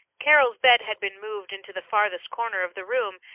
carol's bed had been moved into the farthest corner of the room,